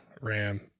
Ram